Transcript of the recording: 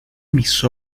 mis